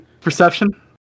perception